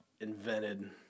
invented